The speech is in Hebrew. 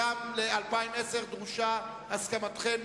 גם ל-2010 דרושה הסכמתכם.